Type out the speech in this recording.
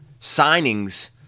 Signings